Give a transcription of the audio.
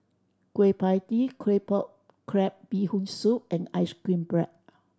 Kueh Pie Tee Claypot Crab Bee Hoon Soup and ice cream bread